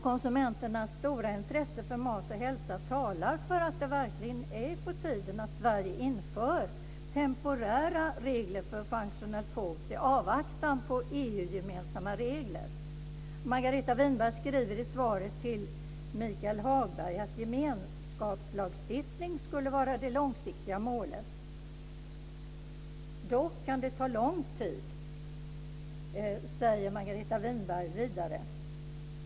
Konsumenternas stora intresse för mat och hälsa talar för att det verkligen är på tiden att Sverige inför temporära regler för functional food i avvaktan på gemensamma EU-regler. Margareta Winberg skriver i svaret till Michael Hagberg att gemenskapslagstiftning skulle vara det långsiktiga målet. Det kan dock ta lång tid, skriver Margareta Winberg vidare.